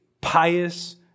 Pious